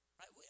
right